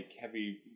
heavy